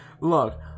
look